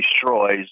destroys